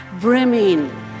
brimming